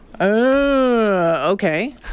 okay